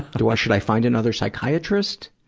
do i, should i find another psychiatrist?